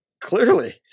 Clearly